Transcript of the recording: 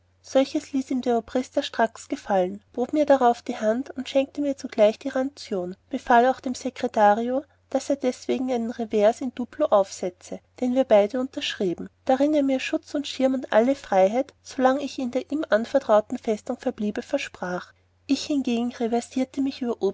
der obrister stracks gefallen bot mir darauf die hand und schenkte mir zugleich die ranzion befahl auch dem secretario daß er deswegen einen revers in duplo aufsetzte den wir beide unterschrieben darin er mir schutz schirm und alle freiheit solang ich in der ihm anvertrauten festung verbliebe versprach ich hingegen reversierte mich über